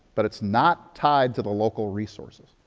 but it's not tied to the local resources.